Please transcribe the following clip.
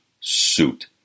suit